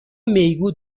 میگو